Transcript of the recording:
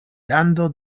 lando